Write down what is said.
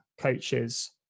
coaches